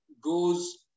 goes